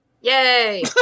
yay